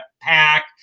pack